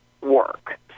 work